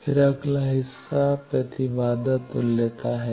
फिर अगला हिस्सा प्रतिबाधा तुल्यता है